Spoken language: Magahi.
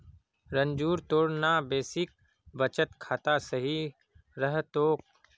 रंजूर तोर ना बेसिक बचत खाता सही रह तोक